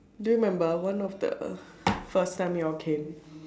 do you remember one of the first time you all came